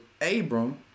Abram